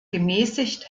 gemäßigt